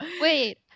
Wait